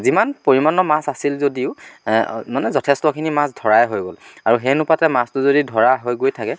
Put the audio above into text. যিমান পৰিমাণৰ মাছ আছিল যদিও মানে যথেষ্টখিনি মাছ ধৰাই হৈ গ'ল আৰু সেই অনুপাতে মাছটো যদি ধৰা হৈ গৈ থাকে